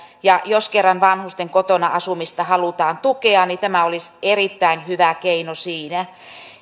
jos kerran vanhusten kotona asumista halutaan tukea niin tämä olisi erittäin hyvä keino siinä